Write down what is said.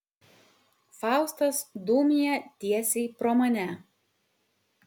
faustas dūmija tiesiai pro mane